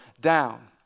down